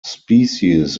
species